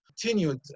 continued